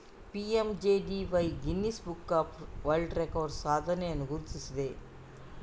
PMJDY Guinness book of world records ಸಾಧನೆಯನ್ನು ಗುರುತಿಸಿದೆ